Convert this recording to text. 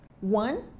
one